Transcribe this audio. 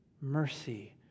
Mercy